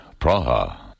Praha